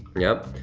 yup.